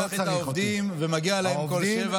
הוא משבח את העובדים, ומגיע להם כל שבח,